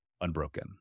unbroken